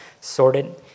sorted